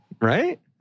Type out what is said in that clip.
Right